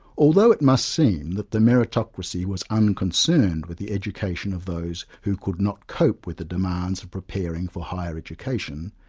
although it must seem that the meritocracy was unconcerned with the education of those who could not cope with the demands of preparing for higher education,